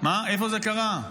איפה זה קרה?